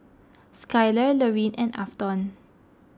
Skyler Lorine and Afton